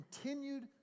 continued